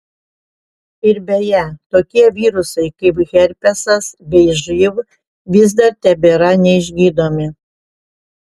ir beje tokie virusai kaip herpesas bei živ vis dar tebėra neišgydomi